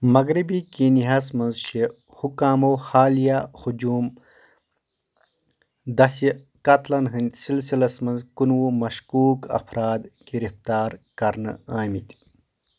مغرِبی کیٖنِیاہس منٛز چھِ حُکامو حالِیہ ہجوٗم دسہِ قتلن ہٕندۍ سِلسِلس منٛز کُنوُہ مشكوُک افراد گِرِفتار کرنہٕ آمٕتۍ